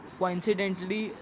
coincidentally